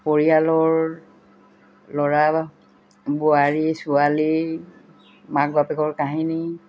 পৰিয়ালৰ ল'ৰা বোৱাৰী ছোৱালী মাক বাপেকৰ কাহিনী